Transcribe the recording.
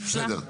נפלא.